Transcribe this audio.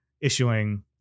issuing